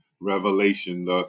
revelation